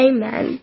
Amen